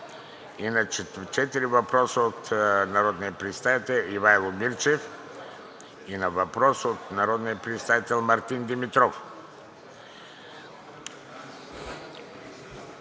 на четири въпроса от народния представител Ивайло Мирчев и на въпрос от народния представител Мартин Димитров;